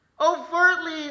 overtly